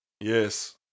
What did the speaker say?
Yes